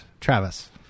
Travis